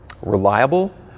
reliable